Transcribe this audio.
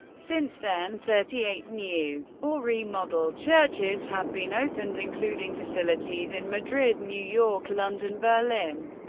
since then, thirty-eight new or remodeled churches have been opened including facilities in madrid, new york, london, berlin,